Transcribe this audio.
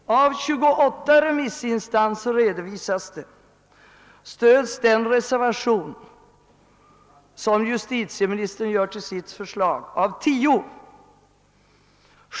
Av 28 remissinstanser stöds den reservation som justitieministern gjort till sitt förslag av tio.